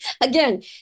Again